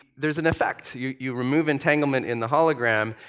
there's an effect. you you remove entanglement in the hologram,